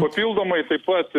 papildomai taip pat